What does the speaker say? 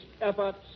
efforts